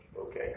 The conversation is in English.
okay